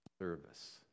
service